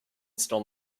stole